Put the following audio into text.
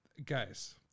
Guys